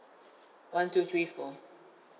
one two three four